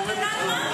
תירגעי,